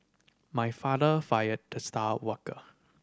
my father fired the star worker